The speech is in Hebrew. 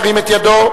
ירים את ידו.